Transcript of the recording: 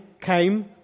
came